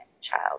child